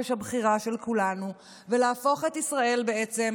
הבחירה של כולנו ולהפוך את ישראל בעצם לאיראן.